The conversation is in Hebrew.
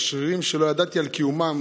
בשרירים שלא ידעתי על קיומם,